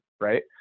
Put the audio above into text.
right